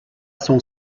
son